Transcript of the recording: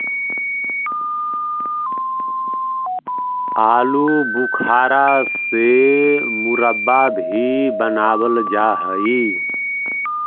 आलू बुखारा से मुरब्बा भी बनाबल जा हई